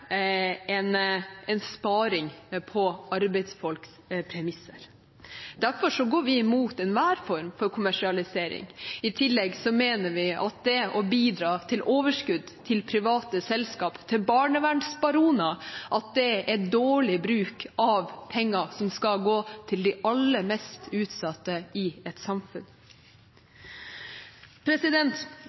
på arbeidsfolks premisser. Derfor går vi imot enhver form for kommersialisering. I tillegg mener vi at det å bidra til overskudd til private selskaper, til barnevernsbaroner, er dårlig bruk av penger som skal gå til de aller mest utsatte i et samfunn.